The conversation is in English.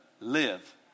live